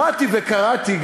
שמעתי וקראתי,